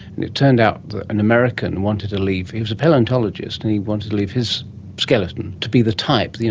and it turned out that an american wanted to leave. he was a palaeontologist and he wanted to leave his skeleton to be the type, you